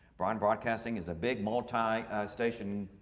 bryan broadcasting is a big multi station.